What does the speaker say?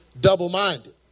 double-minded